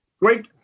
Great